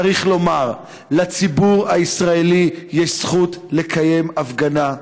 צריך לומר: לציבור הישראלי יש זכות לקיים הפגנה.